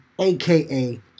aka